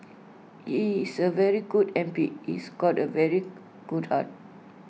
he is A very good M P he's got A very good heart